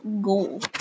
goal